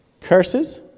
Curses